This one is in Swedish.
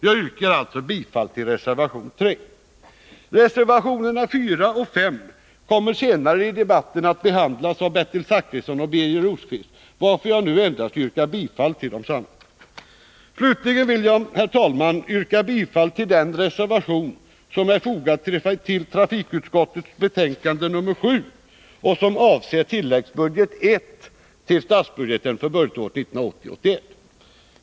Jag yrkar alltså bifall till reservation 3 Reservationerna 4 och 5 kommer senare i debatten att behandlas av Bertil Zachrisson och Birger Rosqvist, varför jag nu endast yrkar bifall till 105 Slutligen vill jag, herr talman, yrka bifall till den reservation som är fogad till trafikutskottets betänkande nr 7 och som avser tilläggsbudget I till statsbudgeten för budgetåret 1980/81.